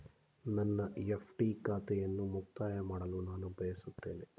ನನ್ನ ಎಫ್.ಡಿ ಖಾತೆಯನ್ನು ಮುಕ್ತಾಯ ಮಾಡಲು ನಾನು ಬಯಸುತ್ತೇನೆ